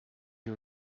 you